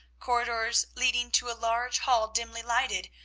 corridors leading to a large hall dimly lighted,